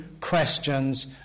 questions